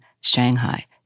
Shanghai